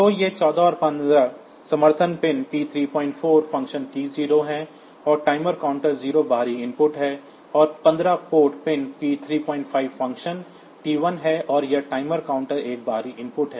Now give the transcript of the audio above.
तो ये 14 और 15 समर्थन पिन P34 फ़ंक्शन T0 है और टाइमर काउंटर 0 बाहरी इनपुट है और 15 port pin P35 function T1 है और यह टाइमर काउंटर 1 बाहरी इनपुट है